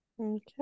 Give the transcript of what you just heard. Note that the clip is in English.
Okay